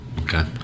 okay